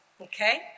okay